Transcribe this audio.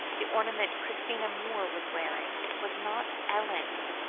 the ornament christina moore was wearing, was not ellen's,